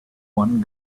one